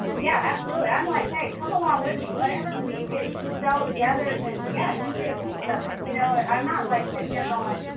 yeah, absolutely. i'm like, hey, come along with me. whatever we can sell together, then yeah, you get a piece of it. you know and i'm not like sitting here going,